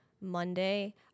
Monday